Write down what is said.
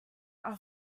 are